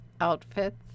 outfits